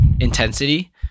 intensity